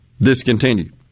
discontinued